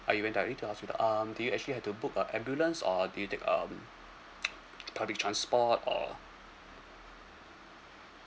ah you went direct to hospital um do you actually have to book a ambulance or did you take um public transport or